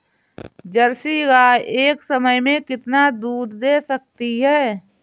Jersey गाय एक समय में कितना दूध दे सकती है?